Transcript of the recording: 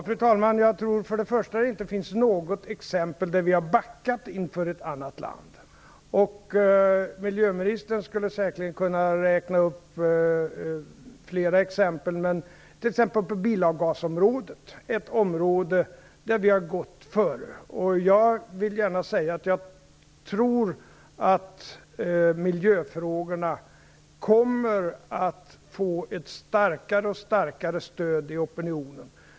Fru talman! Jag tror inte att det finns något exempel där vi har backat inför något annat land. Miljöministern skulle säkerligen kunna räkna upp flera exempel i det här sammanhanget. Låt mig nämna bilavgasområdet, ett område där vi har gått före. Jag tror att miljöfrågorna kommer att få ett starkare och starkare stöd i opinionen.